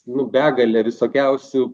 nu begale visokiausių